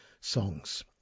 songs